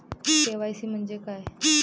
KYC म्हंजे काय?